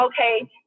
Okay